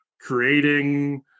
creating